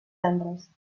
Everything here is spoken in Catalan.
gendres